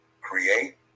create